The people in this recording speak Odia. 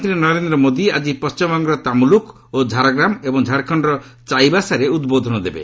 ପ୍ରଧାନମନ୍ତ୍ରୀ ନରେନ୍ଦ୍ର ମୋଦି ଆଜି ପଶ୍ଚିମବଙ୍ଗର ତାମୁଲୁକ୍ ଓ ଝାରଗ୍ରାମ ଏବଂ ଝାଡ଼ଖଣ୍ଡର ଚାଇବାସାଠାରେ ଉଦ୍ବୋଧନ ଦେବେ